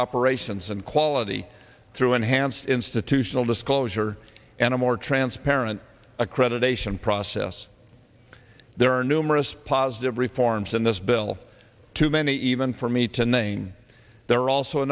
operations and quality through enhanced institutional disclosure and a more transparent accreditation process there are numerous positive reforms in this bill too many even for me to name there are also a